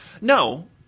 No